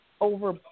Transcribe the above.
over